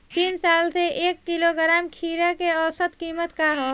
तीन साल से एक किलोग्राम खीरा के औसत किमत का ह?